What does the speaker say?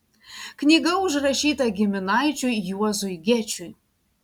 knyga užrašyta giminaičiui juozui gečiui